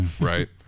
right